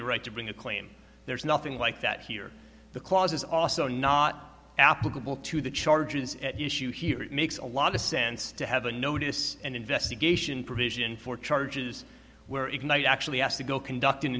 your right to bring a claim there's nothing like that here the clause is also not applicable to the charges at issue here it makes a lot of sense to have a notice and investigation provision for charges where ignite actually has to go conduct an